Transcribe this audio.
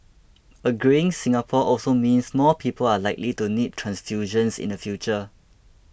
a greying Singapore also means more people are likely to need transfusions in the future